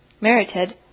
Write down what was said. merited